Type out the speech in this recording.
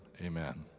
Amen